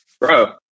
Bro